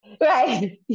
Right